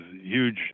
huge